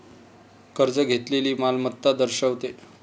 कर्ज घेतलेली मालमत्ता दर्शवते